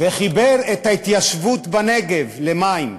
וחיבר את ההתיישבות בנגב למים,